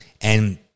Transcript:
and-